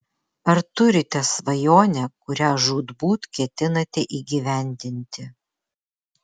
ar turite svajonę kurią žūtbūt ketinate įgyvendinti